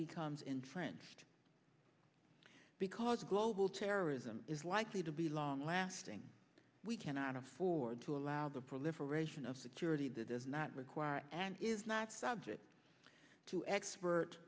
becomes infringed because global terrorism is likely to be long lasting we cannot afford to allow the proliferation of security that does not require and is not subject to